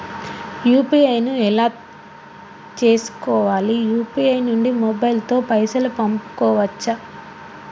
UPI ను ఎలా చేస్కోవాలి యూ.పీ.ఐ నుండి మొబైల్ తో పైసల్ పంపుకోవచ్చా?